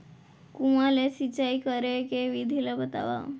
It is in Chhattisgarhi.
कुआं ले सिंचाई करे के विधि ला बतावव?